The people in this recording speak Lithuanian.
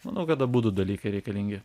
manau kad abudu dalykai reikalingi